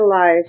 life